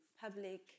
public